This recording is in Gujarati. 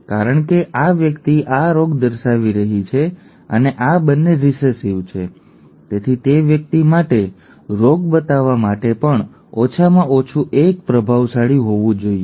કારણ કે આ વ્યક્તિ આ રોગ દર્શાવી રહી છે અને આ બંને રિસેસિવ છે તેથી તે વ્યક્તિ માટે રોગ બતાવવા માટે ઓછામાં ઓછું એક પ્રભાવશાળી હોવું જોઈએ અને તેથી આ hH હોવું જોઈએ